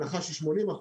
הנחה של 80%,